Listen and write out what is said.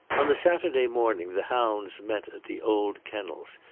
on the saturday morning the hounds met at the old kennels,